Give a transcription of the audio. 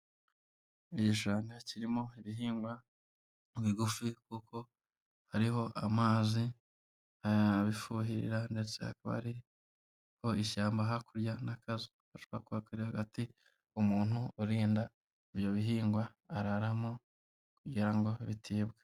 Igishanga kirimo ibihingwa bigufi kuko hariho amazi abifuhirira, ndetse hakaba hariho ishyamba hakurya n'akazu gashobora kuba kari hagati, umuntu urinda ibyo bihingwa araramo kugira ngo bitibwa.